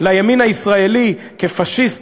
לימין הישראלי כפאשיסט,